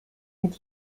mit